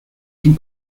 son